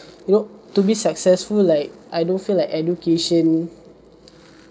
you know to be successful like I don't feel like education